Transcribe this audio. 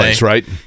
Right